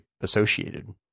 associated